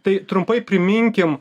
tai trumpai priminkim